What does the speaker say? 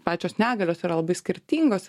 pačios negalios yra labai skirtingos